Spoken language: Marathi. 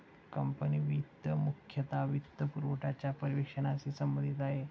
कंपनी वित्त मुख्यतः वित्तपुरवठ्याच्या पर्यवेक्षणाशी संबंधित आहे